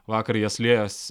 vakar jas liejos